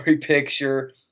picture